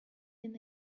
been